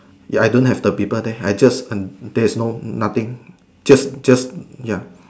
ya I don't have the people there I just uh there's no nothing just just ya